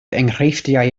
enghreifftiau